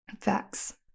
Facts